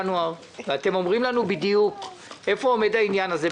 ינואר ותגידו לנו בדיוק איפה עומד העניין הזה,